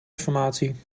informatie